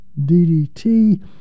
DDT